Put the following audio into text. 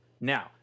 Now